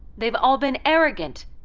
they've all been arrogant,